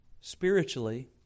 spiritually